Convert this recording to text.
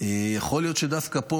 יכול להיות שדווקא פה,